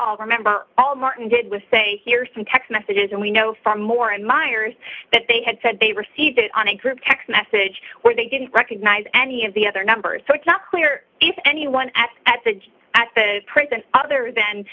all remember all martin did was say here some text messages and we know from more and myers that they had said they received it on a group text message where they didn't recognize any of the other numbers so it's not clear if anyone at at the jail at the prison other than